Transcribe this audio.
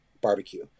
barbecue